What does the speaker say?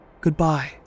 goodbye